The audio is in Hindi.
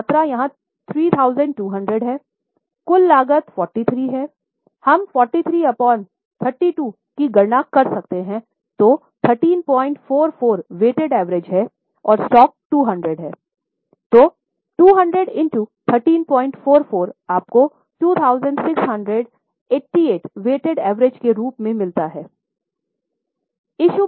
कुल मात्रा यहाँ 3200 है कुल लागत 43 है हम 43 अपॉन 32 की गणना कर सकते हैं तो 1344 वेटेड एवरेजके रूप में मिलता है